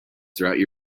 throughout